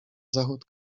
zachód